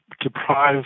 deprive